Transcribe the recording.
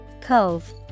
cove